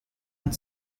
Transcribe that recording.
and